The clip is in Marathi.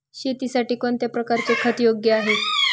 शेतीसाठी कोणत्या प्रकारचे खत योग्य आहे?